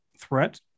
threat